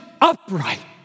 upright